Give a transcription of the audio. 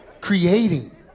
Creating